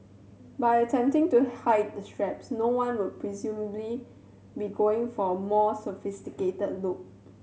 by attempting to hide the straps no one would presumably be going for a more sophisticated look